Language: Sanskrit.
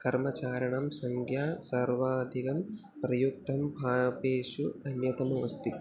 कर्मचारिणां संख्या सर्वाधिकं प्रयुक्तं भाषेषु अन्यतमः अस्ति